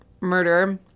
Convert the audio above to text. murder